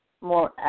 more